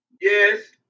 Yes